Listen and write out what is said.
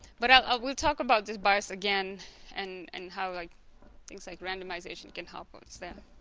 but i ah will talk about this bias again and and how like things like randomization can help us there